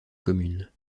commune